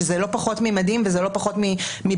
שזה לא פחות ממדהים וזה לא פחות מבשורה.